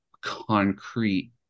concrete